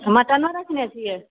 मटनो रखने छियै